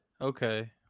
Okay